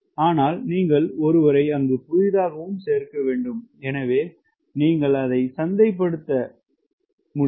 ஆனால் நீங்கள் ஒருவரை புதிதாக சேர்க்க வேண்டும் எனவே நீங்கள் அதை சந்தைப்படுத்த முடியும்